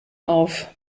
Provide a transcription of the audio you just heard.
auf